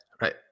right